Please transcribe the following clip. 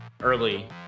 early